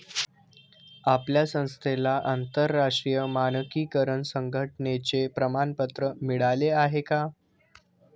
आपल्या संस्थेला आंतरराष्ट्रीय मानकीकरण संघटने चे प्रमाणपत्र मिळाले आहे का?